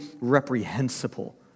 reprehensible